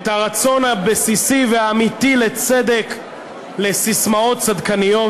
את הרצון הבסיסי והאמיתי לצדק לססמאות צדקניות.